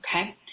okay